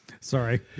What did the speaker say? Sorry